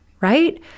right